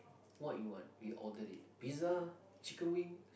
what you want we order it pizza chicken wing